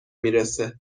میرسه